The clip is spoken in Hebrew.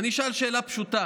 אני אשאל שאלה פשוטה: